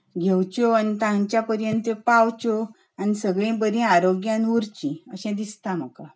घेवच्यो आनी तांच्या पर्यंत त्यो पावच्यो आनी सगळीं बरी आरोग्यान उरचीं अशें दिसता म्हाका